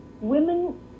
women